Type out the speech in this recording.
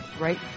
right